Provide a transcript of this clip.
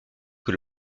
que